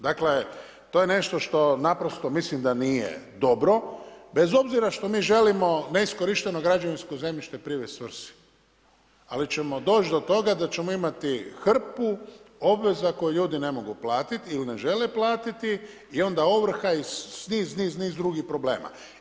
Dakle, to je nešto što naprosto mislim da nije dobro bez obzira što mi želimo neiskorišteno građevinsko zemljište privesti svrsi ali ćemo doći do toga da ćemo imati hrpu obveza koje ljudi ne mogu platiti ili ne žele platiti i onda ovrha i niz, niz, niz drugih problema.